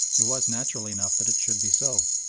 it was natural enough that it should be so.